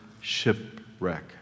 shipwreck